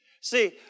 See